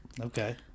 Okay